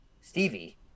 Stevie